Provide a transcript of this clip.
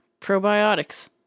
Probiotics